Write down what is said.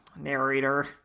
narrator